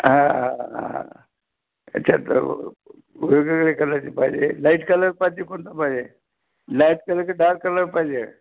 हां हां हां अच्छा तर वेगवेगळे कलरचे पाहिजे लाईट कलर पाहिजे कोणता पाहिजे लाईट कलर की डार्क कलर पाहिजे